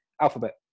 alphabet